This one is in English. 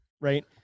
right